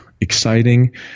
exciting